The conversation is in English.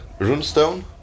runestone